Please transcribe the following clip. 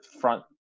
front